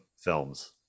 films